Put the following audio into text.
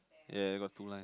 ya I got two line